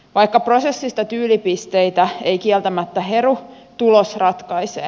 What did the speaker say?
vaikka prosessista tyylipisteitä ei kieltämättä heru tulos ratkaisee